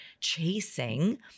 chasing